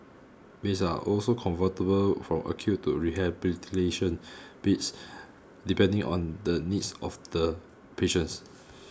beds are also convertible from acute to rehabilitation beds depending on the needs of the patients